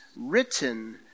written